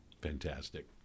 Fantastic